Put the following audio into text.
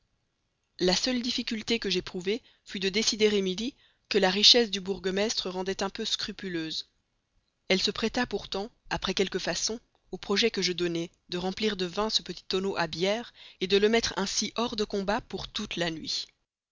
la seule difficulté que j'éprouvai fut de décider émilie que la richesse du bourgmestre rendait un peu scrupuleuse elle se prêta pourtant après quelques façons au projet que je donnai de remplir de vin ce petit tonneau à bière de le mettre ainsi hors de combat pour toute la nuit